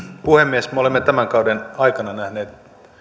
puhemies me olemme tämän kauden aikana nähneet